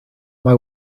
mae